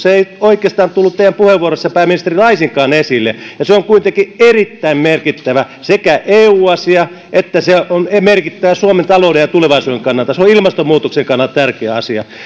ei oikeastaan tullut teidän puheenvuorossanne pääministeri laisinkaan esille ja se on kuitenkin sekä erittäin merkittävä eu asia että merkittävä suomen talouden ja tulevaisuuden kannalta se on ilmastonmuutoksen kannalta tärkeä asia